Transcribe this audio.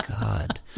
god